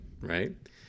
right